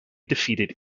defeated